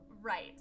right